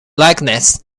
likeness